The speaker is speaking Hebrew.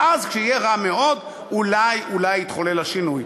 ואז, כשיהיה רע מאוד, אולי אולי יתחולל השינוי.